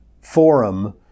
forum